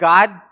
God